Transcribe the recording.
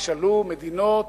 תשאלו מדינות,